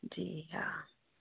जी हा